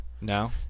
No